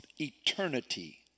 eternity